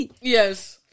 Yes